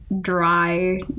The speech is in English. dry